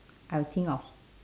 I will think of